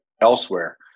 elsewhere